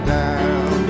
down